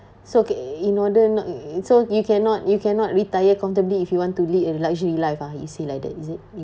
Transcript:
so okay in order not so you cannot you cannot retire comfortably if you want to live a luxury life ah you say like that is it you